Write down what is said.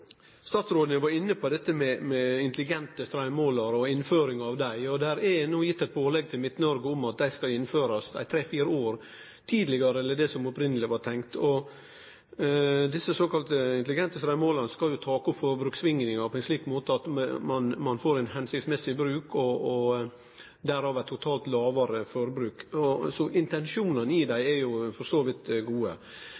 Statsråden var inne på dette med intelligente straummålarar og innføringa av dei. Det er no gitt eit pålegg til Midt-Noreg om at det skal innførast tre–fire år tidlegare enn det som opphavleg var tenkt. Desse såkalla intelligente straummålarane skal jo ta opp forbrukssvingingane på ein slik måte at ein får ein hensiktsmessig bruk og derav eit lågare forbruk totalt. Så intensjonane i